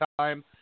time